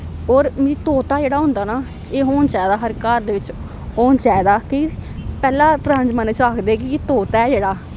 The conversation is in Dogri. और तोता जेह्ड़ा होंदा ना एह् होना चाही दा हर घर दे बिच्च होना चाही दा ठीक ऐ पैह्लैं परानै जमानै च आखदे कि तोता जेह्ड़ा